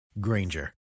Granger